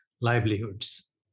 livelihoods